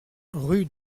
rue